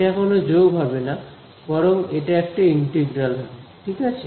এটা কোন যোগ হবে না বরং এটা একটা ইন্টিগ্রাল হবে ঠিক আছে